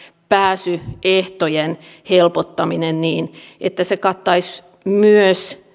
pääsyehtojen helpottaminen niin että se kattaisi myös